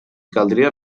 caldria